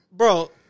Bro